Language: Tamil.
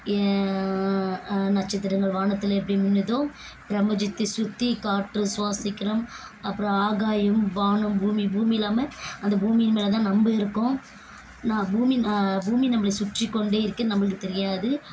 எ நட்சத்திரங்கள் வானத்தில் எப்படி மின்னுதோ பிரபஞ்சத்தை சுற்றி காற்று சுவாசிக்கிறோம் அப்புறம் ஆகாயம் வானம் பூமி பூமி இல்லாமல் அந்த பூமியின் மேலேதான் நம்ம இருக்கோம் நான் பூமி பூமி நம்மளை சுற்றிக்கொண்டே இருக்குது நம்மளுக்கு தெரியாது